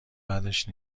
بدش